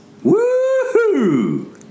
Woohoo